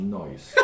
noise